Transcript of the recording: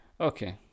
Okay